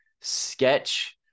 sketch